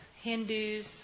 Hindus